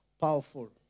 powerful